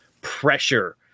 pressure